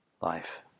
life